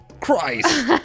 Christ